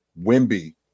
Wimby